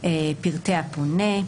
פרטי הפונה,